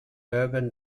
urban